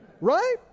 Right